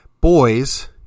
boys